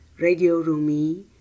radiorumi